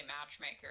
matchmaker